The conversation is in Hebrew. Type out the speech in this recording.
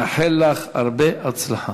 נאחל לך הרבה הצלחה.